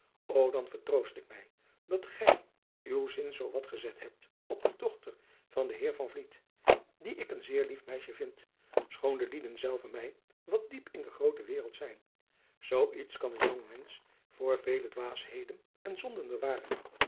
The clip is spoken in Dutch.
o dan vertroost ik mij dat gij uw zin zoo wat gezet hebt op de dochter van den heer van vliet die ik een zeer lief meisje vind schoon de lieden zelve mij wat diep in de groote wereld zijn zoo iets kan een jong mensch voor vele dwaasheden en zonden bewaren